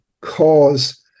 cause